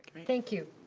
thank you.